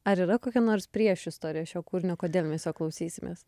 ar yra kokia nors priešistorė šio kūrinio kodėl mes jo klausysimės